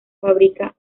fábrica